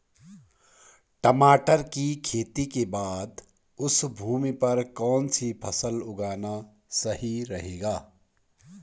टमाटर की खेती के बाद उस भूमि पर कौन सी फसल उगाना सही रहेगा?